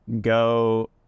go